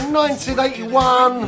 1981